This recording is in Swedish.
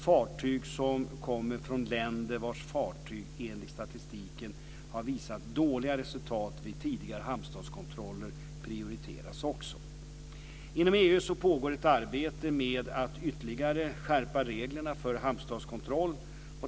Fartyg som kommer från länder vars fartyg enligt statistiken har visat dåliga resultat vid tidigare hamnstatskontroller prioriteras också. Inom EU pågår ett arbete med att ytterligare skärpa reglerna för hamnstatskontroll.